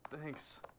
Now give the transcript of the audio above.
Thanks